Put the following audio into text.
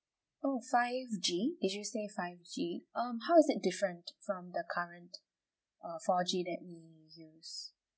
oh five G did you say five G um how is it different from the current uh four G that we used